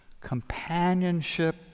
companionship